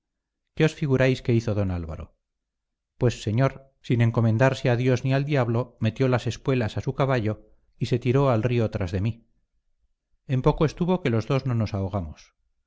os figuráis que hizo don álvaro pues señor sin encomendarse a dios ni al diablo metió las espuelas a su caballo y se tiró al río tras de mí en poco estuvo que los dos no nos ahogamos